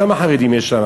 כמה חרדים יש שם?